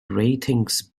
ratings